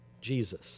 Jesus